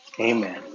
Amen